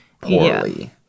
poorly